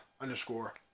underscore